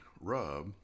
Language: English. rub